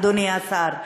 אדוני השר.